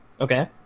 Okay